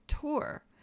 tour